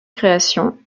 création